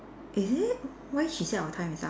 is it why she say our time is up